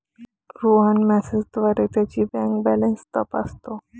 रोहन मेसेजद्वारे त्याची bank balance तपासतो